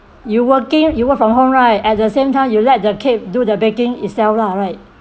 you working you work from home right at the same time you let the cake do the baking itself lah right